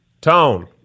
Tone